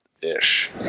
ish